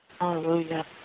Hallelujah